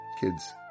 Kids